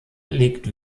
liegt